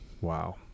Wow